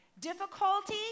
difficulty